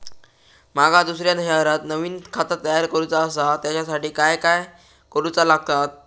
माका दुसऱ्या शहरात नवीन खाता तयार करूचा असा त्याच्यासाठी काय काय करू चा लागात?